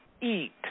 eat